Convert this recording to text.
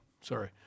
sorry